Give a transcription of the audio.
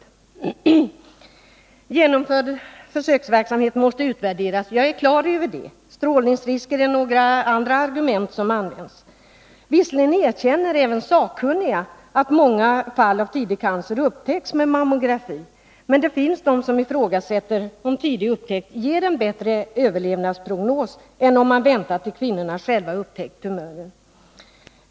Vi är på det klara med att försöksverksamheten måste utvärderas — strålningsrisken är ett av de argument som används. Visserligen erkänner sakkunniga att många fall av tidig cancer upptäcks med hjälp av mammografi, men det finns de som ifrågasätter om tidig upptäckt ger en bättre överlevnadsprognos än om man väntar tills kvinnorna själva har upptäckt tumören.